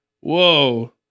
whoa